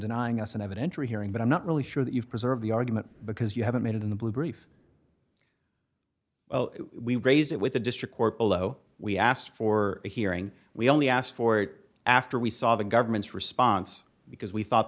denying us an evidentiary hearing but i'm not really sure that you preserve the argument because you haven't made it in the blue brief well we raised it with the district court below we asked for a hearing we only asked for it after we saw the government's response because we thought